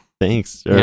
Thanks